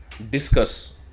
Discuss